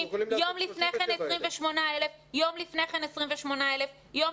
יום לפני כן 28,000. יום לפני 28,000. יום